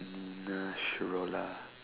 nurse Rola